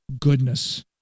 goodness